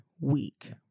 week